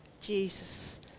Jesus